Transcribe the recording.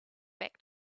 back